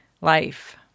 life